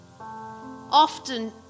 Often